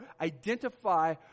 identify